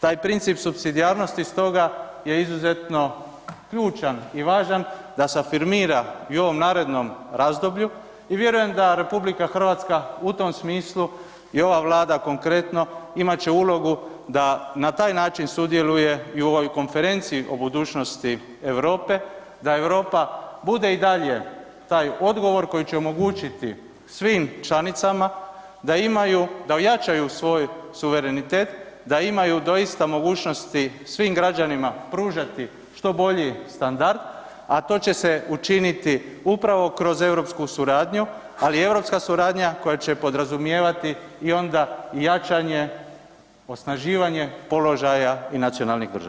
Taj princip supsidijarnosti stoga je izuzetno ključan i važan da se afirmira i u ovom narednom razdoblju i vjerujem da RH u tom smislu i ova Vlada konkretno imat će ulogu da na taj način sudjeluje i u ovoj Konferenciji o budućnosti Europe da Europa bude i dalje taj odgovor koji će omogućiti svim članica da ojačaju svoj suverenitet, da imaju doista mogućnosti svim građanima pružati što bolji standard, a to će se učiniti upravo kroz europsku suradnju, ali europska suradnja koja će podrazumijevati i jačanje i osnaživanje položaja i nacionalnih država.